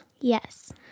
Yes